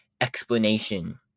explanation